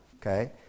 Okay